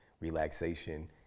relaxation